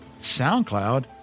SoundCloud